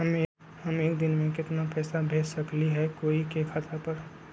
हम एक दिन में केतना पैसा भेज सकली ह कोई के खाता पर?